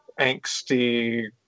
angsty